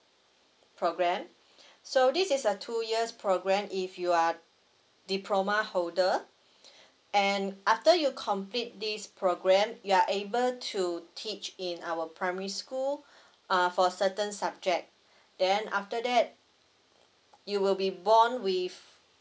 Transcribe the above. program so this is a two years program if you are diploma holder and after you complete this program you are able to teach in our primary school uh for a certain subject then after that you will be bond with